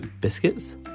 biscuits